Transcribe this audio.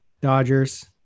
Dodgers